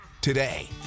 today